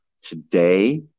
today